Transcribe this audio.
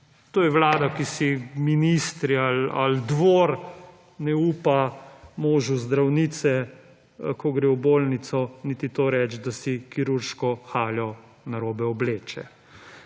To je vlada, ki si ministri ali dvor ne upa možu zdravnice, ko gre v bolnico, niti to reči, da si kirurško haljo narobe obleče.